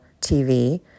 TV